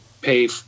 pay